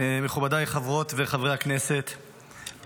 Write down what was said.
מכובדיי חברות וחברי הכנסת,